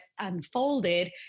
unfolded